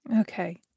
Okay